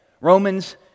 Romans